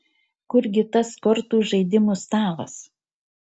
kur gi tas kortų žaidimo stalas